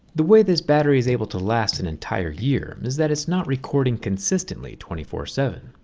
the way this battery is able to last an entire year is that it's not recording consistently twenty four seven.